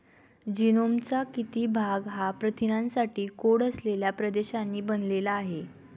जीनोमचा किती भाग हा प्रथिनांसाठी कोड असलेल्या प्रदेशांनी बनलेला असतो?